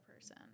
person